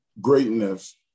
greatness